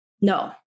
No